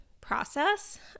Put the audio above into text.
process